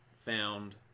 found